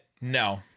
No